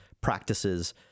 practices